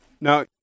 Now